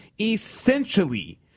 essentially